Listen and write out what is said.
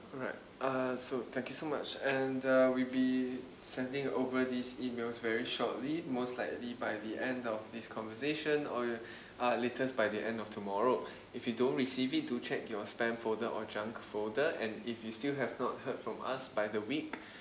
alright uh so thank you so much and we'll be sending over these emails very shortly most likely by the end of this conversation or you uh latest by the end of tomorrow if you don't receive it do check your spam folder or junk folder and if you still have not heard from us by the week